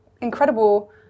incredible